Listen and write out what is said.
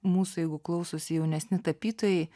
mūsų jeigu klausosi jaunesni tapytojai